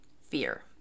fear